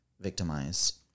victimized